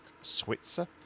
Switzer